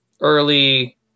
early